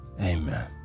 Amen